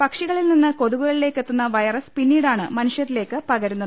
പക്ഷികളിൽ നിന്ന് കൊതുകുകളിലേക്ക് എത്തുന്ന വൈറസ് പിന്നീടാണ് മനുഷ്യരിലേക്ക് പകരുന്നത്